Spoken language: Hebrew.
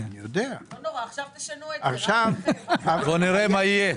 נראה מה יהיה.